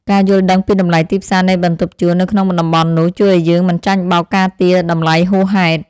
ការយល់ដឹងពីតម្លៃទីផ្សារនៃបន្ទប់ជួលនៅក្នុងតំបន់នោះជួយឱ្យយើងមិនចាញ់បោកការទារតម្លៃហួសហេតុ។